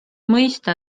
mõista